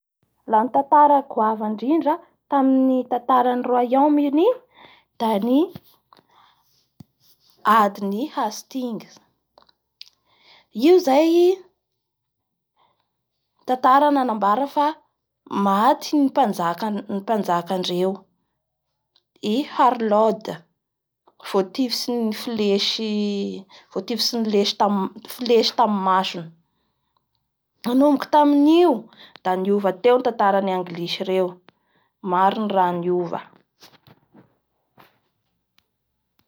Laha ny tatara goava indrindra tamin'ny tantaran'ny Royaume Uni da ny adin'i Hstine io zay tantara nanambara fa maty ny mamnjakandreo i Harlode voatifin'ny flesy-voatifitsy ny lesy- flesy tamin'ny masony? Nanomboky taminio da niova teo ny tantaran'ny anglisy reo, maro ny raha niova.